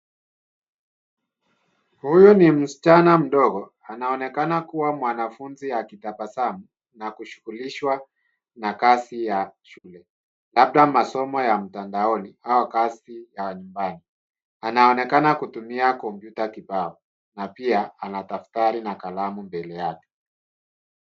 Huyu ni msichana mdogo anaonekana kuwa mwanafunzi akitabasamu na kushughulishwa na kazi ya shule, labda masomo ya mtandaoni au kazi ya nyumbani. Anaonekana kutumia kompyuta kibao na pia ana daftari na kalamu mbele yake.